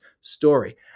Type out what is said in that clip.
story